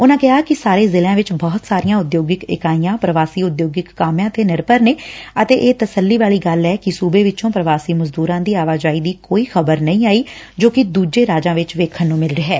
ਉਨਾਂ ਕਿਹਾ ਕਿ ਸਾਰੇ ਜ਼ਿਲ਼ਿਆਂ ਵਿੱਚ ਬਹੁਤ ਸਾਰੀਆਂ ਉਦਯੋਗਿਕ ਇਕਾਈਆਂ ਪਰਵਾਸੀ ਉਦਯੋਗਿਕ ਕਾਮਿਆਂ ਤੇ ਨਿਰਭਰ ਨੇ ਅਤੇ ਇਹ ਤਸੱਲੀ ਵਾਲੀ ਗੱਲ ਏ ਕਿ ਸੁਬੇ ਵਿੱਚੋਂ ਪ੍ਰਵਾਸੀ ਮਜ਼ਦੁਰਾਂ ਦੀ ਆਵਾਜਾਈ ਦੀ ਕੋਈ ਖ਼ਬਰ ਨਹੀਂ ਆਈ ਜੋ ਕਿ ਦੁਜੇ ਰਾਜਾ ਵਿੱਚ ਦੇਖਣ ਨੂੰ ਮਿਲ ਰਿਹੈ